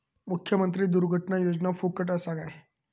मुख्यमंत्री दुर्घटना योजना फुकट असा काय?